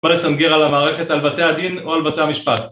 בוא נסנגר על המערכת, על בתי הדין או על בתי המשפט.